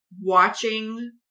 watching